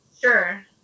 Sure